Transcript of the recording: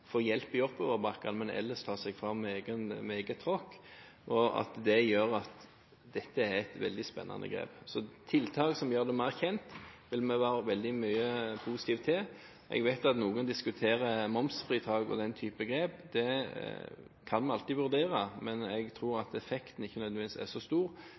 hjelp i oppoverbakkene, men ellers ta seg fram med eget tråkk, viser at dette er et veldig spennende grep. Tiltak som gjør det mer kjent, vil vi være veldig positive til. Jeg vet at noen diskuterer momsfritak og den type grep. Det kan vi alltid vurdere, men jeg tror at effekten ikke nødvendigvis er så stor,